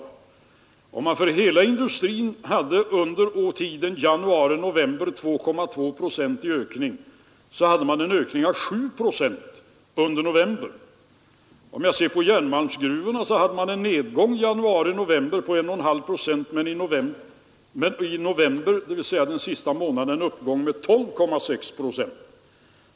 Medan det för hela industrin under tiden januari-november redovisas 2,2 procents ökning, redovisades en ökning med 7 procent under november. Vad beträffar järnmalmsgruvorna var det en nedgång under tiden januari-november på 1,5 procent men i november — dvs. den sista redovisade månaden — en uppgång med 12,6 procent.